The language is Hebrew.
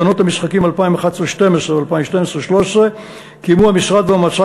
בעונות המשחקים 2011 2012 ו-2012 2013 קיימו המשרד והמועצה